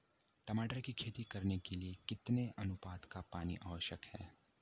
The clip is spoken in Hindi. टमाटर की खेती करने के लिए कितने अनुपात का पानी आवश्यक है?